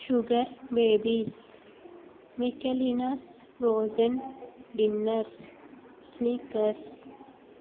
sugar babies మెకెలినాస్ frozen dinners Snickers